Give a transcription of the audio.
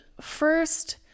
first